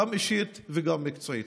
גם אישית וגם מקצועית.